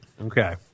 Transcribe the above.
Okay